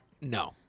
No